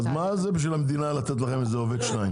אז מה זה בשביל המדינה לתת לכם איזה עובד-שניים?